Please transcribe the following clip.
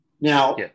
Now